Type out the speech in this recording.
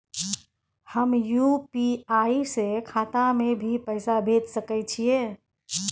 हम यु.पी.आई से खाता में भी पैसा भेज सके छियै?